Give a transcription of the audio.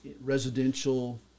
residential